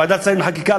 בוועדת השרים לחקיקה,